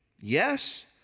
Yes